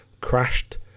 crashed